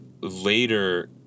later